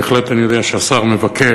בהחלט אני מבין שהשר מבקר,